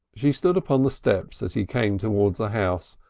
she stood upon the steps as he came towards the house,